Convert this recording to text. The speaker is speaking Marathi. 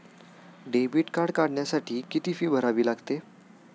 डेबिट कार्ड काढण्यासाठी किती फी भरावी लागते?